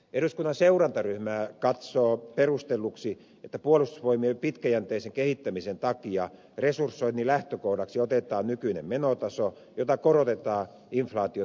eduskunnan seurantaryhmä katsoo perustelluksi että puolustusvoimien pitkäjänteisen kehittämisen takia resursoinnin lähtökohdaksi otetaan nykyinen menotaso jota korotetaan inflaation huomioivin tarkistuksin